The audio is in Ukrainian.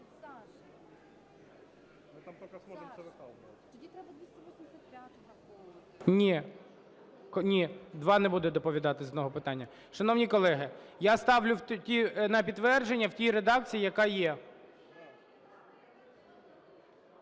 ні, два не буде доповідати з одного питання. Шановні колеги, я ставлю на підтвердження в тій редакції, яка є.